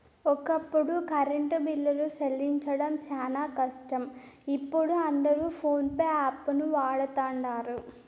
ఒకప్పుడు కరెంటు బిల్లులు సెల్లించడం శానా కష్టం, ఇపుడు అందరు పోన్పే యాపును వాడతండారు